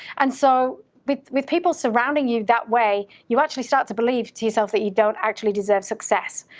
and so with with people surrounding you that way, you actually start to believe to yourself that you don't actually deserve success.